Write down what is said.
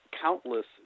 countless